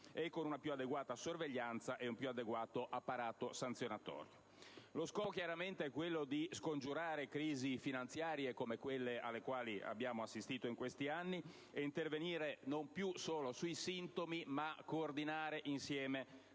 e con una più adeguata sorveglianza e un più adeguato apparato sanzionatorio. Lo scopo è chiaramente quello di scongiurare crisi finanziarie come quelle alle quali abbiamo assistito in questi anni e intervenire non più solo sui sintomi, ma coordinando insieme